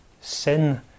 Sin